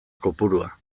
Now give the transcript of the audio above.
kopurua